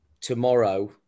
tomorrow